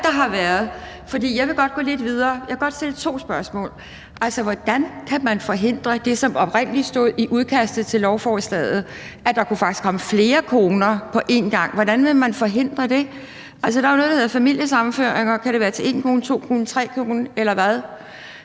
jeg vil godt gå lidt videre. Jeg vil godt stille to spørgsmål: Hvordan kan man forhindre det, som oprindelig stod i udkastet til lovforslaget, nemlig at der faktisk kunne komme flere koner på en gang? Hvordan vil man forhindre det? Altså, der er jo noget, der hedder familiesammenføringer – kan det være til en kone, to koner, tre koner – eller hvad?